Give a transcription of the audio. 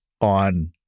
on